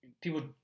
people